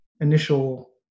initial